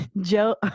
joe